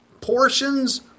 portions